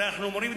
הרי אנחנו אמורים,